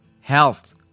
Health